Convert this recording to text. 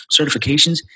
certifications